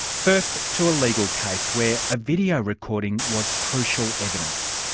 first to a legal case where a video recording was crucial evidence.